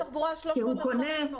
לפי משרד התחבורה זה 300 עד 500 שקל.